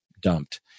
dumped